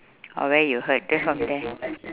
or where you hurt then from there